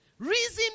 Reason